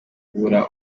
kubura